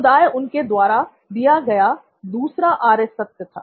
समुदाय उनके द्वारा दिया गया दूसरा आर्य सत्य था